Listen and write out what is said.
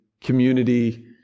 community